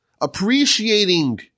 appreciating